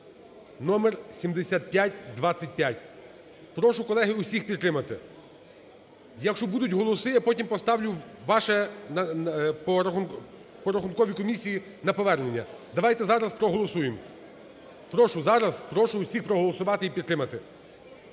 (№ 7525). Прошу, колеги, всіх підтримати. Якщо будуть голоси, я потім поставлю ваше… по Рахунковій комісії на повернення. Давайте зараз проголосуємо. Прошу зараз, прошу всіх проголосувати і підтримати.